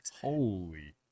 Holy